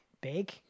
Big